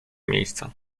miejsca